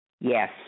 Yes